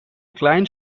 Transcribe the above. client